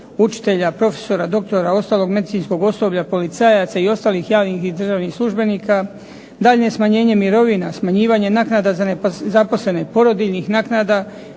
učitelja, profesora, doktora, ostalog medicinskog osoblja, policajaca i ostalih javnih i državnih službenika, daljnje smanjenje mirovina, smanjivanje naknada za nezaposlene, porodiljinih naknada,